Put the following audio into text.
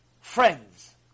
friends